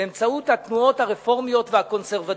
באמצעות התנועות הרפורמיות והקונסרבטיביות,